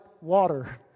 water